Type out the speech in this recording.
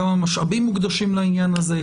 כמה משאבים מוקדשים לעניין הזה?